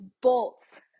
bolts